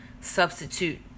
substitute